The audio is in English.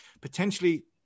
potentially